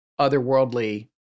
otherworldly